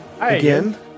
again